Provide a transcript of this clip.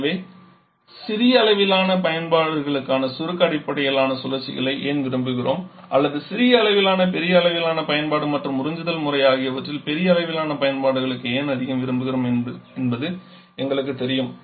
எனவே சிறிய அளவிலான பயன்பாடுகளுக்கான சுருக்க அடிப்படையிலான சுழற்சிகளை ஏன் விரும்புகிறோம் அல்லது சிறிய அளவிலான பெரிய அளவிலான பயன்பாடு மற்றும் உறிஞ்சுதல் முறை ஆகியவற்றில் பெரிய அளவிலான பயன்பாடுகளுக்கு ஏன் அதிகம் விரும்புகிறோம் என்பது எங்களுக்குத் தெரியும்